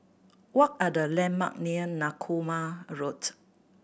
what are the landmark near Narooma Road